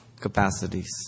capacities